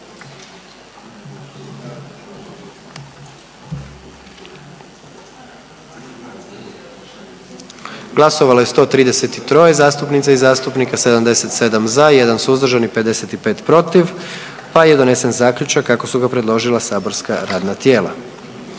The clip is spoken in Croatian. Glasovalo je 88 zastupnica i zastupnika, 77 za, 11 protiv, pa je donesen Zaključak kako ga je predložilo matično saborsko radno tijelo.